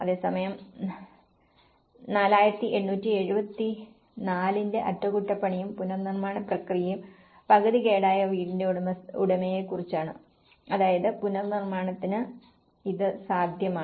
അതേസമയം 4874 ന്റെ അറ്റകുറ്റപ്പണിയും പുനർനിർമ്മാണ പ്രക്രിയയും പകുതി കേടായ വീടിന്റെ ഉടമയെക്കുറിച്ചാണ് അതായത് പുനർനിർമ്മാണത്തിന് ഇത് സാധ്യമാണ്